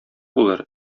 булыр